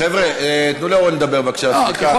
חבר'ה, תנו לאורן לדבר, בבקשה, סליחה.